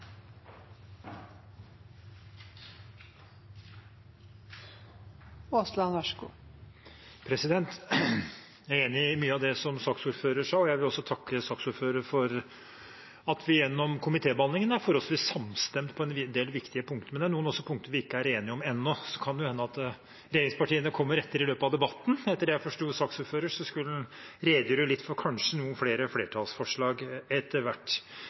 enig i mye av det som saksordføreren sa, og jeg vil også takke saksordføreren for at vi gjennom komitébehandlingen er blitt forholdsvis samstemte på en del viktige punkter. Men det er også noen punkter vi ikke er enige om ennå. Det kan jo hende at regjeringspartiene kommer etter i løpet av debatten. Etter det jeg forsto på saksordføreren, skulle han redegjøre litt for kanskje noen flere flertallsforslag etter hvert.